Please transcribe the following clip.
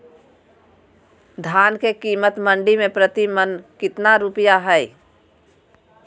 धान के कीमत मंडी में प्रति मन कितना रुपया हाय?